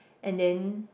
and then